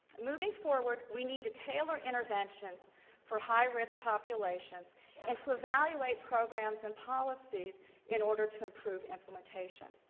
moving forward, we need to tailor intervention for high risk populations and to evaluate programs and policies in order to improve implementation.